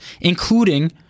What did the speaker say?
including